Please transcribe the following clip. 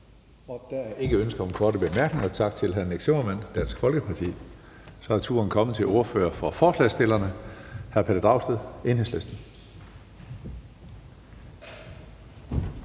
Der er ikke ønske om korte bemærkninger. Tak til hr. Nick Zimmermann, Dansk Folkeparti. Så er turen kommet til ordføreren for forslagsstillerne, hr. Pelle Dragsted, Enhedslisten.